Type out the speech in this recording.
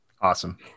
Awesome